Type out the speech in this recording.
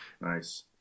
Nice